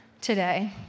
today